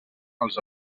als